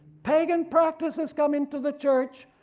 pagan practices come into the church,